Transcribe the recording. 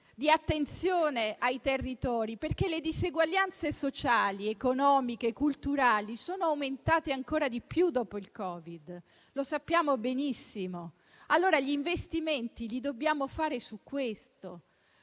di attenzione ai territori. Le diseguaglianze sociali, economiche e culturali sono aumentate ancora di più dopo il Covid, e lo sappiamo benissimo. Gli investimenti li dobbiamo fare su questo: